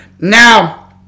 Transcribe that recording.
now